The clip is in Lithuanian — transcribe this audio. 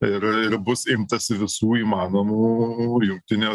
ir ir bus imtasi visų įmanomų jungtinė